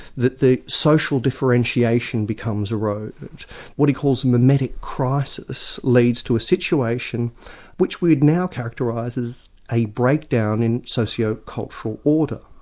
that the social differentiation becomes eroded what he calls mimetic crisis leads to a situation which we'd now characterise as a breakdown in socio-cultural order.